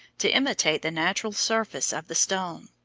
to imitate the natural surface of the stone.